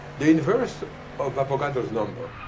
the inverse of avogadro' number,